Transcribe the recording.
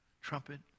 trumpet